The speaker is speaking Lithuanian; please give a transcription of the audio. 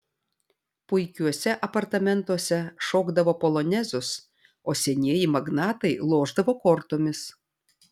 puikiuose apartamentuose šokdavo polonezus o senieji magnatai lošdavo kortomis